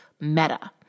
meta